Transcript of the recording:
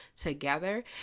together